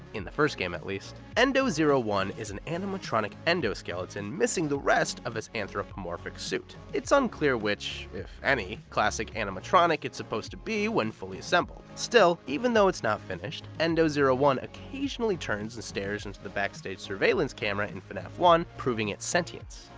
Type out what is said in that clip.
in the first game at least. endo one is an animatronic endoskeleton missing the rest of its anthropomorphic suit. it's unclear which, if any, classic animatronic it's supposed to be when fully assembled. still, even though it's not finished, endo one occasionally turns and stares into the backstage surveillance camera in fnaf one, proving its sentience.